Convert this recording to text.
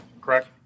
correct